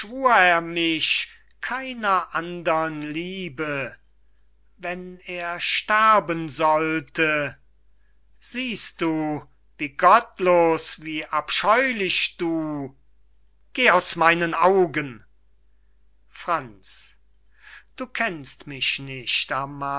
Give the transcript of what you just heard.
mich keiner andern liebe wenn er sterben sollte siehst du wie gottlos wie abscheulich du geh aus meinen augen franz du kennst mich nicht